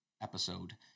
episode